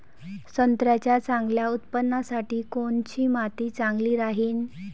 संत्र्याच्या चांगल्या उत्पन्नासाठी कोनची माती चांगली राहिनं?